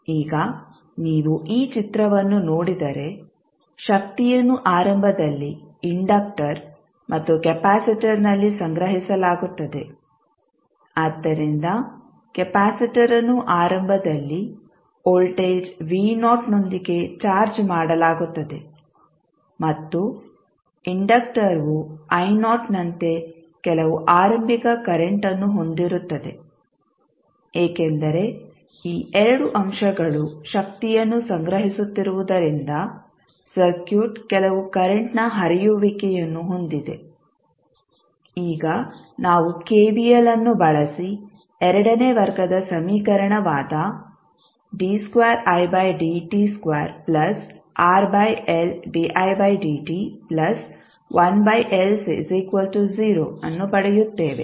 ಈಗ ನೀವು ಈ ಚಿತ್ರವನ್ನು ನೋಡಿದರೆ ಶಕ್ತಿಯನ್ನು ಆರಂಭದಲ್ಲಿ ಇಂಡಕ್ಟರ್ ಮತ್ತು ಕೆಪಾಸಿಟರ್ನಲ್ಲಿ ಸಂಗ್ರಹಿಸಲಾಗುತ್ತದೆ ಆದ್ದರಿಂದ ಕೆಪಾಸಿಟರ್ ಅನ್ನು ಆರಂಭದಲ್ಲಿ ವೋಲ್ಟೇಜ್ ನೊಂದಿಗೆ ಚಾರ್ಜ್ ಮಾಡಲಾಗುತ್ತದೆ ಮತ್ತು ಇಂಡಕ್ಟರ್ವು ನಂತೆ ಕೆಲವು ಆರಂಭಿಕ ಕರೆಂಟ್ಅನ್ನು ಹೊಂದಿರುತ್ತದೆ ಏಕೆಂದರೆ ಈ ಎರಡು ಅಂಶಗಳು ಶಕ್ತಿಯನ್ನು ಸಂಗ್ರಹಿಸುತ್ತಿರುವುದರಿಂದ ಸರ್ಕ್ಯೂಟ್ ಕೆಲವು ಕರೆಂಟ್ನ ಹರಿಯುವಿಕೆಯನ್ನು ಹೊಂದಿದೆ ಈಗ ನಾವು ಕೆವಿಎಲ್ ಅನ್ನು ಬಳಸಿ ಎರಡನೇ ವರ್ಗದ ಸಮೀಕರಣವಾದ ಅನ್ನು ಪಡೆಯುತ್ತೇವೆ